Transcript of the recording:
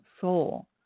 soul